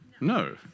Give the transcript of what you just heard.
No